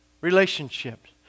Relationships